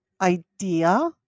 idea